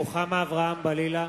רוחמה אברהם-בלילא,